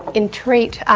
entreat